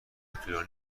طولانی